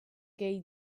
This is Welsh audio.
gei